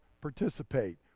participate